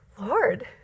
Lord